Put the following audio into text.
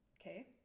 Okay